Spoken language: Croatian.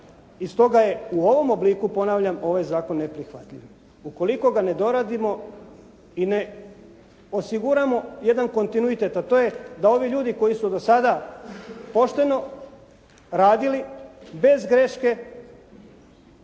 i stoga je u ovom obliku ovaj zakon neprihvatljiv. Ukoliko ga ne doradimo i ne osiguramo jedan kontinuitet, a to je da ovi ljudi koji su do sada pošteno radili bez greške,